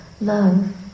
love